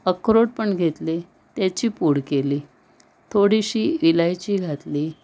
अक्रोड पण घेतले त्याची पूड केली थोडीशी इलायची घातली